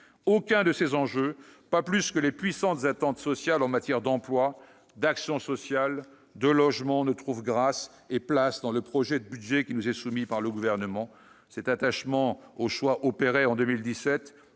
Aucun de ces enjeux, pas plus que les puissantes attentes sociales en matière d'emploi, d'action sociale, de logement, ne trouve grâce et place dans le projet de budget qui nous est soumis par le Gouvernement. Cet attachement aux choix opérés en 2017,